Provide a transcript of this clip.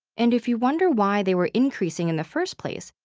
and if you wonder why they were increasing in the first place,